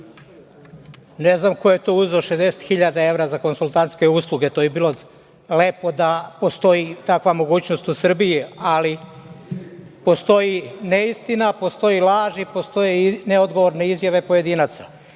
znam ko je to uzeo 60 hiljada evra za konsultantske usluge, to bi bilo lepo da postoji takva mogućnost u Srbiji, ali postoji ne istina, postoji laž i postoje neodgovorne izjave pojedinaca.